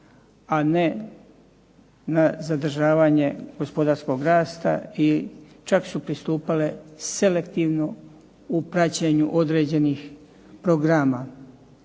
a ne zadržavanje gospodarskog rasta i čak su pristupale selektivno u praćenju određenih programa.